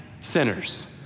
sinners